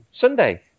Sunday